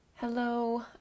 Hello